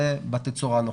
זה בתצורה הנוכחית.